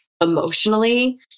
emotionally